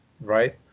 right